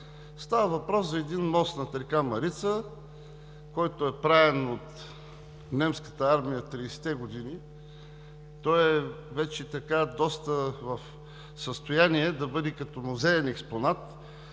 Става въпрос за един мост над река Марица, който е правен от немската армия през 30-те години. Той е вече в състояние да бъде музеен експонат